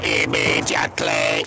immediately